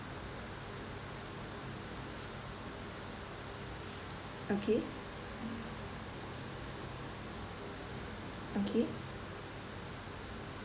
okay okay